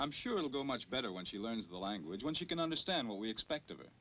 i'm sure it'll go much better when she learns the language when she can understand what we expect of